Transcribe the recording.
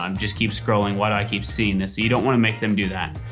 um just keep scrolling. why do i keep seeing this. you don't want to make them do that.